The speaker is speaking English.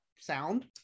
sound